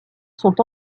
sont